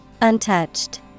Untouched